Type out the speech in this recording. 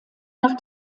nach